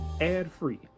Ad-free